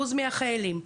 מהחיילים.